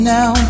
Now